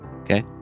Okay